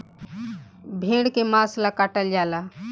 भेड़ के मांस ला काटल जाला